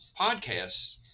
podcasts